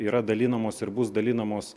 yra dalinamos ir bus dalinamos